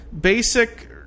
basic